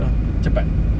cepat